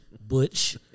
Butch